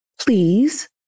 Please